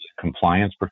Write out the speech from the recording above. compliance